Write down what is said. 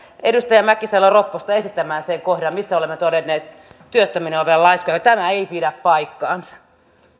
edustaja mäkisalo ropposta esittämään sen kohdan missä olemme todenneet työttömien olevan laiskoja tämä ei pidä paikkaansa